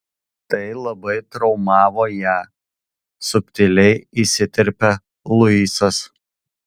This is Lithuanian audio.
tai labai traumavo ją subtiliai įsiterpia luisas